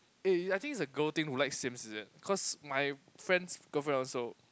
eh I think it's a girl thing to like Sims is it cause my friend's girlfriend also